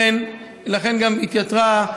לכן גם התייתרה,